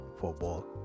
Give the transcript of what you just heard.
football